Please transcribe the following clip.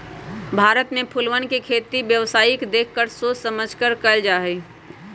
भारत में फूलवन के खेती व्यावसायिक देख कर और सोच समझकर कइल जाहई